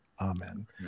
Amen